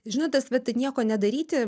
žinot tas vat nieko nedaryti